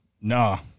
No